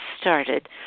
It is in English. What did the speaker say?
started